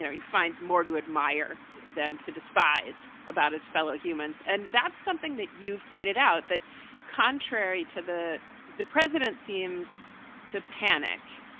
he finds more to admire than to despise about his fellow humans. and that's something that you've pointed out, that contrary to the the president, seems to panic.